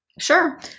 Sure